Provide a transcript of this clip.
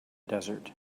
desert